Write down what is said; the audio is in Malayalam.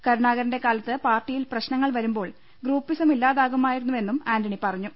കരുണാകരന്റെ കാലത്ത് പാർട്ടിയിൽ പ്രശ്നങ്ങൾ വരുമ്പോൾ ഗ്രൂപ്പിസം ഇല്ലാതാകുമായിരുന്നു വെന്നും ആന്റണി പറഞ്ഞു